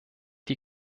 die